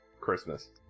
Christmas